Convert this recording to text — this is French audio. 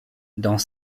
dans